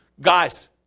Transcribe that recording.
guys